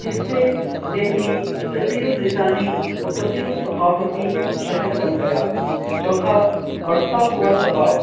جس سے دہلی کثیر و لسانی و کثیر و ثقافتی شہر بن گیا چوتھا بڑھتا ہوا دباؤ